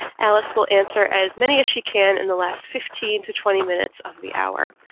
alice will answer as many as she can in the last fifteen to twenty minutes of the hour.